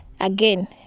again